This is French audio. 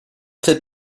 fait